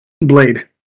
Blade